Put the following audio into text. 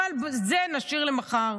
אבל את זה נשאיר למחר.